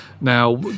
Now